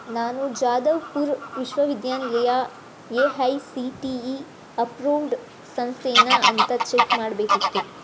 ನಾನು ಜಾಧವ್ಪುರ್ ವಿಶ್ವವಿದ್ಯಾನಿಲಯ A I C T E approved ಸಂಸ್ಥೆನ ಅಂತ ಚೆಕ್ ಮಾಡಬೇಕಿತ್ತು